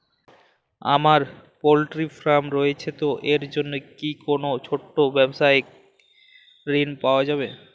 আমার poultry farm রয়েছে তো এর জন্য কি কোনো ছোটো ব্যাবসায়িক ঋণ পাওয়া যাবে?